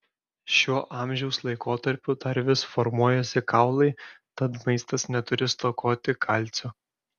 šiuo amžiaus laikotarpiu dar vis formuojasi kaulai tad maistas neturi stokoti kalcio